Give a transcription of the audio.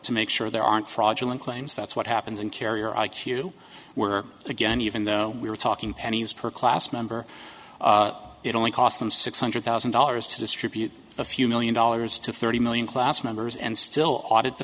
to make sure there aren't fraudulent claims that's what happens in carrier i q we're again even though we're talking pennies per class member it only cost them six hundred thousand dollars to distribute a few million dollars to thirty million class members and still audit the